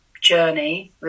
journey